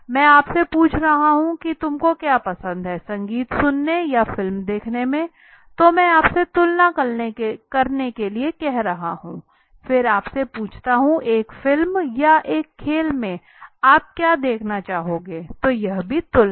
मैं आप से पूछ रहा हूं कि तुमको क्या पसंद है संगीत सुनने या फिल्म देखना तो मैं आपसे तुलना करने के लिए कह रहा हूं फिर आपसे पूछता हूँ एक फिल्म या एक खेल में आप क्या देखना चाहोगे तो यह भी तुलना है